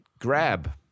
grab